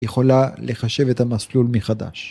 ‫יכולה לחשב את המסלול מחדש.